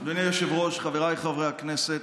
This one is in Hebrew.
אדוני היושב-ראש, חבריי חברי הכנסת,